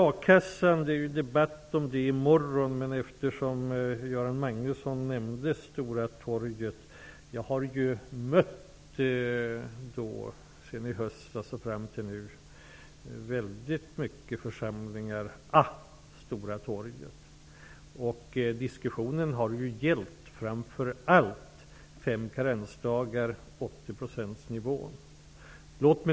A-kassan skall debatteras i morgon. Eftersom Göran Magnusson nämnde mötet på Stora torget kan jag säga att jag sedan i höstas och fram till nu har mött många församlingar liknande den jag mötte på Stora torget. Diskussionen har framför allt gällt de fem karensdagarna och 80 procentsnivån.